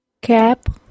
Cap